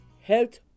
health